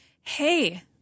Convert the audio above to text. Hey